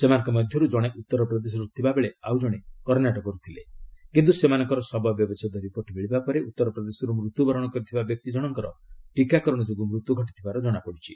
ସେମାନଙ୍କ ମଧ୍ୟରୁ ଜଣେ ଉତ୍ତରପ୍ରଦେଶରୁ ଥିବାବେଳେ ଆଉଜଣେ କର୍ଷାଟକରୁ ଥିଲେ କିନ୍ତୁ ସେମାନଙ୍କର ଶବ ବ୍ୟବଚ୍ଛେଦ ରିପୋର୍ଟ ମିଳିବା ପରେ ଉତ୍ତରପ୍ରଦେଶରୁ ମୃତ୍ୟୁବରଣ କରିଥିବା ବ୍ୟକ୍ତିଜଣଙ୍କର ଟିକାରଣ ଯୋଗୁଁ ମୃତ୍ୟୁ ଘଟିଥିବାର ଜଣାପଡିଛି